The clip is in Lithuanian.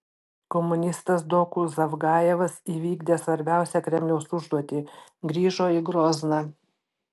komunistas doku zavgajevas įvykdė svarbiausią kremliaus užduotį grįžo į grozną